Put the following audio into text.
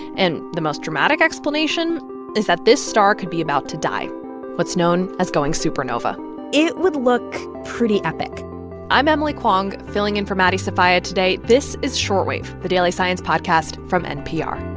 and the most dramatic explanation is that this star could be about to die what's known as as going supernova it would look pretty epic i'm emily kwong, filling in for maddie sofia today. this is short wave, the daily science podcast from npr